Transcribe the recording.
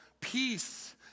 peace